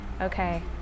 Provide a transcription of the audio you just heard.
okay